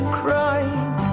crying